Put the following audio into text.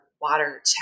water